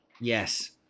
Yes